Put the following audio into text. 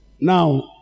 Now